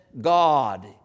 God